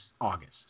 August